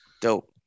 Dope